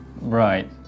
right